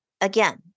again